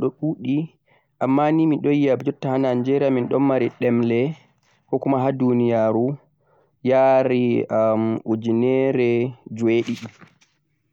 ɗemle himɓe ha Nigeria nii ɗonɗuɗe amma nii jotta ha Nigeria min don mari ɗemle koh ha duniyaru yarai ujunere jeweɗiɗi